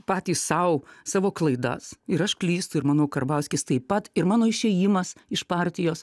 patys sau savo klaidas ir aš klystu ir manau karbauskis taip pat ir mano išėjimas iš partijos